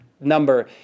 number